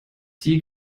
die